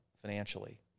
financially